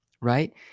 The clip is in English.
right